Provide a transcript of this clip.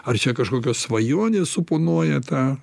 ar čia kažkokios svajonės suponuoja tą